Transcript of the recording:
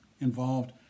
involved